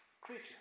creature